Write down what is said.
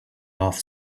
off